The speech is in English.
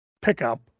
pickup